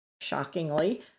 shockingly